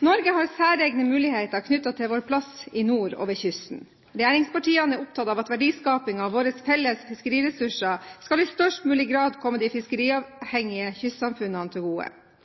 Norge har særegne muligheter knyttet til vår plass i nord og ved kysten. Regjeringspartiene er opptatt av at verdiskapingen av våre felles fiskeriressurser i størst mulig grad skal komme de fiskeriavhengige kystsamfunnene til gode.